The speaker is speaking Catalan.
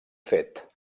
fet